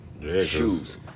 Shoes